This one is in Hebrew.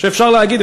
שאפשר להגיד,